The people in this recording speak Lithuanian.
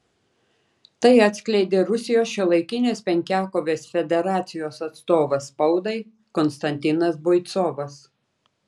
tai atskleidė rusijos šiuolaikinės penkiakovės federacijos atstovas spaudai konstantinas boicovas